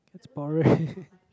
that's boring